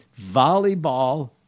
volleyball